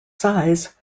size